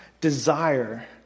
desire